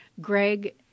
Greg